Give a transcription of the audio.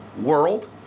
world